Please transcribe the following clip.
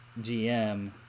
GM